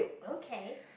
okay